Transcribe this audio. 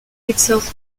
itself